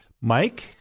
Mike